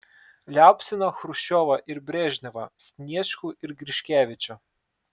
liaupsino chruščiovą ir brežnevą sniečkų ir griškevičių